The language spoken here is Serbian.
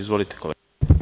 Izvolite, kolega.